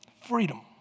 Freedom